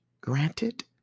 granted